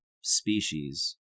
species